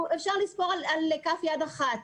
אפשר לספור על כף יד אחת.